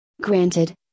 Granted